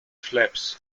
flaps